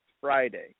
Friday